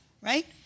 right